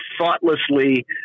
thoughtlessly